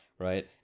Right